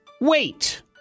wait